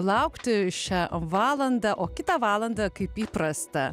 laukti šią valandą o kitą valandą kaip įprasta